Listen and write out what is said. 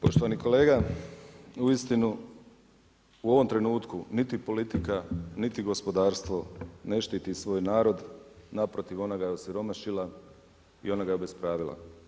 Poštovani kolega, uistinu u ovom trenutnu niti politika niti gospodarstvo ne štiti svoj narod, naprotiv, ona ga je osiromašila i ona ga je obespravila.